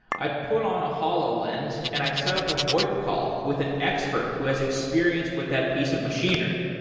i put on a hololens and i set up a voip call with an expert who has experience with that piece of machinery,